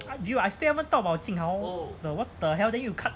up to you I still haven't talk about jing hao the what the hell then you cut